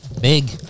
Big